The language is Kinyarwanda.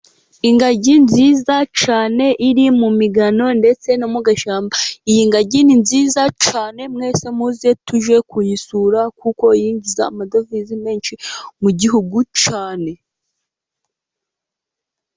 Ingagi nziza cyane iri mu migano, ndetse no mu gashyamba, iyi ngagi ni nziza cyane, mwese muze tujye kuyisura, kuko yinjiza amadovize menshi mu gihugu cyane.